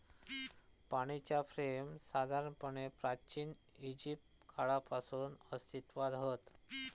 पाणीच्या फ्रेम साधारणपणे प्राचिन इजिप्त काळापासून अस्तित्त्वात हत